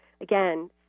again